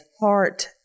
heart